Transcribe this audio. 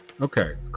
Okay